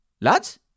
Lads